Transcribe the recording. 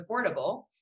affordable